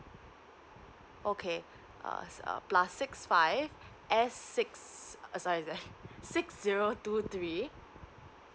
okay uh uh plus six five eight six sorry sorry six zero two three